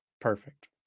Perfect